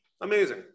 Amazing